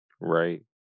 Right